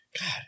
God